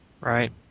Right